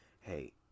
hey